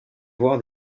voir